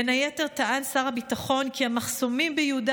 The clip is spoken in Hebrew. בין היתר טען שר הביטחון כי המחסומים ביהודה